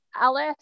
Alice